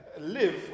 live